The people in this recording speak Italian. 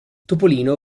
topolino